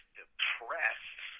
depressed